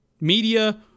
media